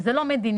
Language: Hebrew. שזאת לא מדיניות.